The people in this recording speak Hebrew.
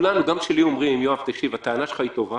גם כשלי אומרים: יואב, הטענה שלך היא טובה